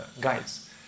guides